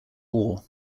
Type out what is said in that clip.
war